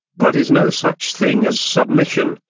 but is no such thing as submission,